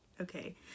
Okay